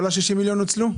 כל ה-60 מיליון נוצלו?